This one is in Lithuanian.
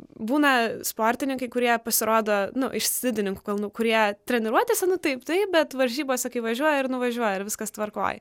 būna sportininkai kurie pasirodo nu iš slidininkų kalnų kurie treniruotėse nu taip taip bet varžybose kai važiuoja ir nuvažiuoja ir viskas tvarkoj